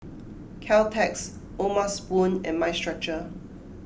Caltex O'ma Spoon and Mind Stretcher